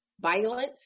violence